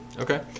Okay